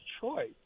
choice